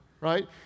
right